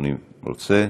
אדוני רוצה.